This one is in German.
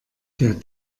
der